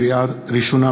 לקריאה ראשונה,